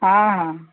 ହଁ ହଁ